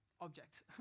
object